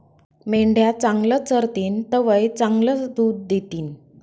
मेंढ्या चांगलं चरतीन तवय चांगलं दूध दितीन